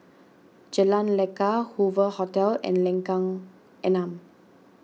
Jalan Lekar Hoover Hotel and Lengkong Enam